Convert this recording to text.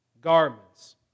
garments